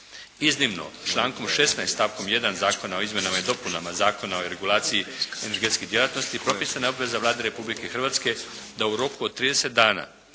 Iznimno člankom 16. stavkom 1. Zakona o izmjenama i dopunama Zakona o regulaciji energetskih djelatnosti … /Ne razumije se./ … Vladi Republike Hrvatske da u roku od 30 dana